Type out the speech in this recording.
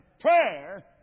prayer